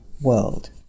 world